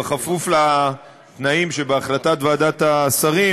בכפוף לתנאים שבהחלטת ועדת השרים,